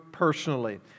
Personally